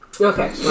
Okay